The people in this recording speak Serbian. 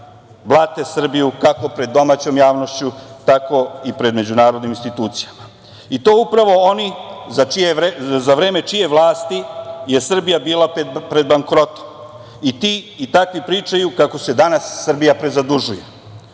blate Srbiju kako pred domaćom javnošću, tako i pred međunarodnim institucijama, i to upravo oni za vreme čije vlasti je Srbija bila pred bankrotom. Ti i takvi pričaju kako se danas Srbija prezadužuje,